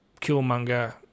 Killmonger